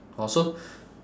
orh so